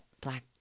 black